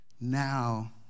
Now